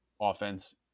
offense